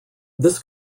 this